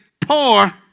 poor